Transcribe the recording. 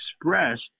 expressed